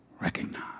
recognize